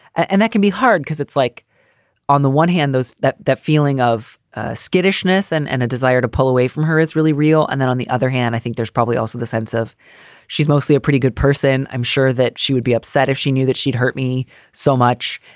and that can be hard because it's like on the one hand, those that that feeling of ah skittishness and and a desire to pull away from her is really real. and then on other hand, i think there's probably also the sense of she's mostly a pretty good person. i'm sure that she would be upset if she knew that she'd hurt me so much.